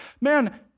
man